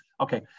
Okay